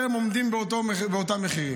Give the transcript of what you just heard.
באותם המחירים,